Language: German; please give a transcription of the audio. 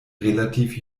relativ